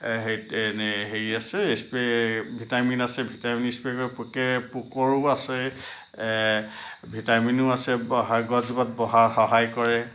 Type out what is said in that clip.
হেৰি এনেই হেৰি আছে স্প্ৰে' ভিটামিন আছে ভিটামিন স্প্ৰে' কৰিব পোকে পোকৰো আছে ভিটামিনো আছে বঢ়াত গছজোপাক বঢ়াত সহায় কৰে